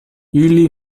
ili